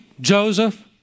Joseph